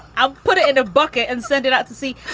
i'll put it in a bucket and send it out to sea.